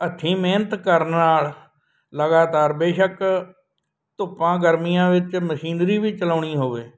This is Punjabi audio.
ਹੱਥੀਂ ਮਿਹਨਤ ਕਰਨ ਨਾਲ ਲਗਾਤਾਰ ਬੇਸ਼ੱਕ ਧੁੱਪਾਂ ਗਰਮੀਆਂ ਵਿੱਚ ਮਸ਼ੀਨਰੀ ਵੀ ਚਲਾਉਣੀ ਹੋਵੇ